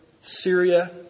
Syria